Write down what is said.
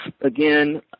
again